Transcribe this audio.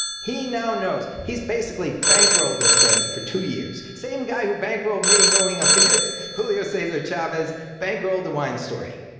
he now knows. he's basically bankrolled this thing for two years. same guy who bankrolled me going up against julio cesar chavez bankrolled the wine story.